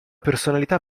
personalità